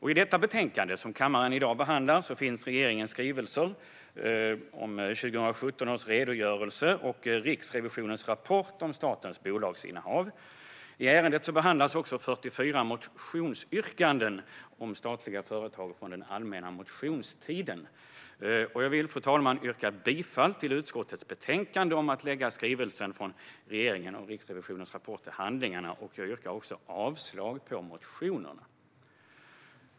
I det betänkande som kammaren i dag behandlar finns regeringens skrivelser 2017 års redogörelse för företag med statligt ägande och Riksrevi sionens rapport om statens bolagsinnehav . I ärendet behandlas också 44 motionsyrkanden om statliga företag från allmänna motionstiden. Fru talman! Jag yrkar bifall till utskottets förslag att lägga skrivelsen från regeringen och Riksrevisionens rapport till handlingarna och avslag på motionerna.